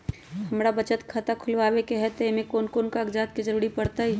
हमरा बचत खाता खुलावेला है त ए में कौन कौन कागजात के जरूरी परतई?